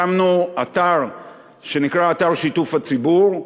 הקמנו אתר שנקרא אתר שיתוף הציבור,